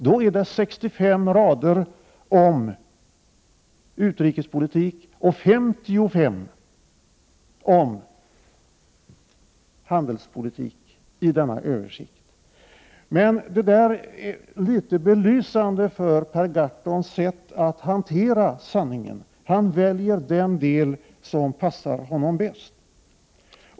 Den innehåller 65 rader om utrikespolitik och 55 om handelspolitik. Detta är litet belysande för Per Gahrtons sätt att hantera sannningen. Han väljer den del som passar honom bäst.